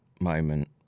moment